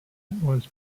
was